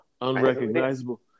Unrecognizable